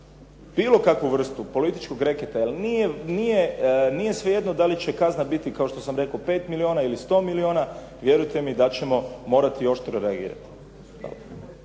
bilo kakvu vrstu političkog reketa, jer nije svejedno da li će kazna biti kao što sam rekao 5 milijona ili 100 milijona, vjerujte mi da ćemo morati oštro reagirati.